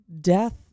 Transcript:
death